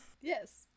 Yes